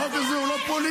החוק הזה הוא לא פוליטי?